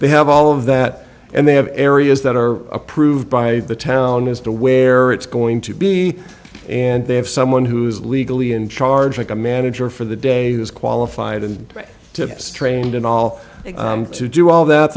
they have all of that and they have areas that are approved by the town as to where it's going to be and they have someone who is legally in charge like a manager for the day is qualified and tips trained in all to do all that